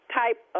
type